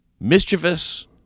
Mischievous